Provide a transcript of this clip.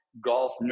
golf